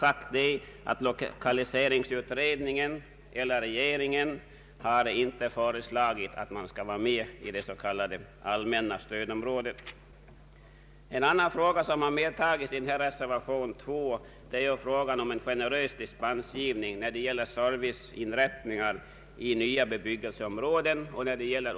Med hänsyn till vad jag anfört yrkar jag bifall till den vid utskottets betänkande fogade reservationen nr 2. En annan fråga som berörts i reservation nr 2 gäller en generös dispensgivning beträffande serviceinrättningar i nyanlagda bostadsområden och ungdomsgårdar.